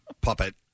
puppet